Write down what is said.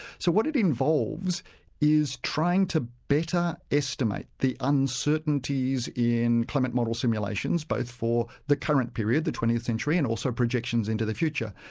so what it involves is trying to better estimate the uncertainties in climate model simulations, both for the current period, the twentieth century, and also projections into the future,